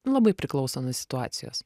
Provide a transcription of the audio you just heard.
labai priklauso nuo situacijos